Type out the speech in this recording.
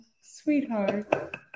sweetheart